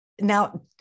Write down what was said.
now